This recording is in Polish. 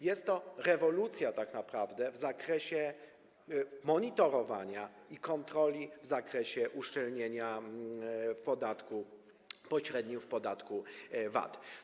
Jest to rewolucja tak naprawdę w zakresie monitorowania i kontroli, w zakresie uszczelnienia pośrednio w podatku VAT.